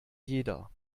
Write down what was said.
jeder